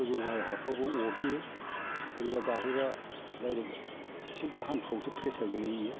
गोजौ गाहाय हाफ्रावबो अरहेयो बोरैबा गाहेबा दाइरेक्त सिददा हान्थुआवसो प्रेसार गोलैहैयो